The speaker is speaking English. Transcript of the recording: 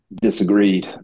disagreed